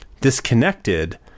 disconnected